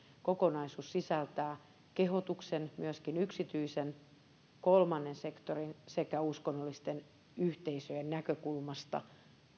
kokonaisuus sisältää kehotuksen myöskin yksityisen ja kolmannen sektorin sekä uskonnollisten yhteisöjen näkökulmasta